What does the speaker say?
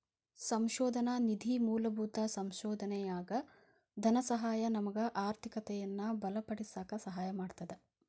ಸಂಶೋಧನಾ ನಿಧಿ ಮೂಲಭೂತ ಸಂಶೋಧನೆಯಾಗ ಧನಸಹಾಯ ನಮಗ ಆರ್ಥಿಕತೆಯನ್ನ ಬಲಪಡಿಸಕ ಸಹಾಯ ಮಾಡ್ತದ